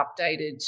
updated